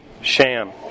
sham